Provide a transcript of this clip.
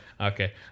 okay